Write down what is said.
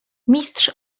mistrz